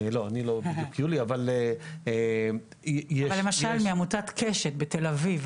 לא, אני לא --- אבל למשל מעמותת קשת בתל אביב